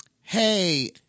hey